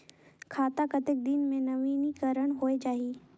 खाता कतेक दिन मे नवीनीकरण होए जाहि??